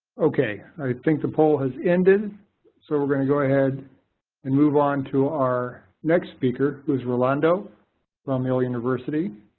okay. i think the poll has ended so we're going to go ahead and move on to our next speaker who's rolando from yale university.